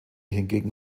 hingegen